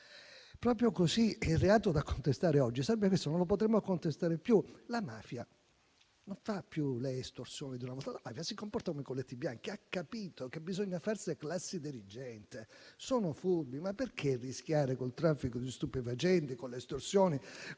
Proprio così. Il reato da contestare, oggi non lo potremmo contestare più. La mafia non fa più le estorsioni di una volta, ma si comporta come i colletti bianchi. Ha capito che bisogna farsi classe dirigente. Sono furbi. Perché rischiare con il traffico di stupefacenti e con le estorsioni